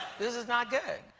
this is not good.